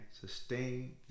sustain